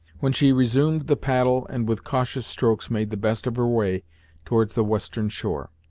when she resumed the paddle and with cautious strokes made the best of her way towards the western shore.